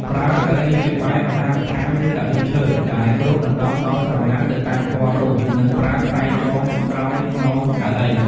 ប្រើកៅអីជាបែបអាហារដ្ឋានឬកៅអីឈើ ដែលគ្របដណ្តប់ដោយក្រណាត់ទៅតាមពណ៌រោង និងប្រើខ្សែចងក្រោយខ្នងកៅអី។